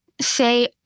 say